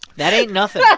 that ain't nothing.